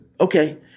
okay